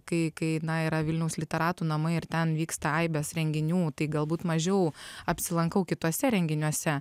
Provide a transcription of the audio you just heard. kai kai na yra vilniaus literatų namai ir ten vyksta aibės renginių tai galbūt mažiau apsilankau kituose renginiuose